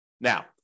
Now